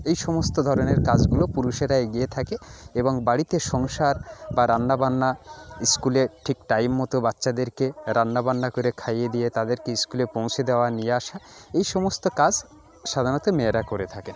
এই সমস্ত ধরনের কাজগুলোই পুরুষেরা এগিয়ে থাকে এবং বাড়িতে সমস্যা বা রান্না বান্না স্কুলে ঠিক টাইম মতো বাচ্চাদেরকে রান্না বান্না করে খাইয়ে দিয়ে তাদেরকে স্কুলে পৌঁছে দেওয়া নিয়ে আসা এই সমস্ত কাজ সাধারণত মেয়েরা করে থাকে